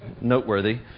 noteworthy